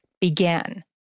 began